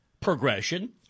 progression